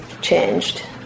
changed